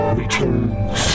returns